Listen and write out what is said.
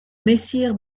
messire